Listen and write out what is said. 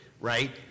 right